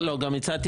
גם הצעתי